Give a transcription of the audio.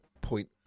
point